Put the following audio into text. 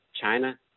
China